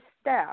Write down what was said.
staff